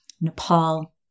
Nepal